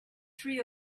three